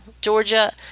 Georgia